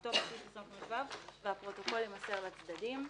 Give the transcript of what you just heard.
כמשמעותו בסעיף 25ו, והפרוטוקול יימסר לצדדים.